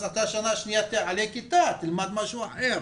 אז בשנה שנייה תעלה כיתה ותלמד משהו אחר.